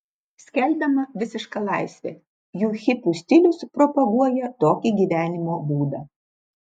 skelbiama visiška laisvė juk hipių stilius propaguoja tokį gyvenimo būdą